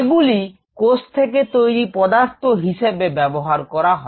এগুলি কোষ থেকে তৈরি পদার্থ হিসেবে ব্যবহার করা হয়